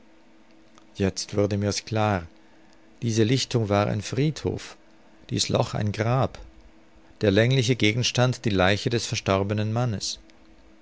jetzt wurde mir's klar diese lichtung war ein friedhof dies loch ein grab der längliche gegenstand die leiche des verstorbenen mannes